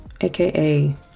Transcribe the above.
AKA